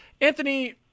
Anthony